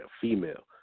female